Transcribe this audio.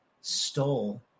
stole